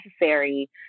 necessary